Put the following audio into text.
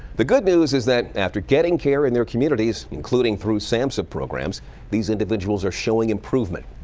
the good news is that, after getting care in their communities including through samsa programs these individuals are showing improvement.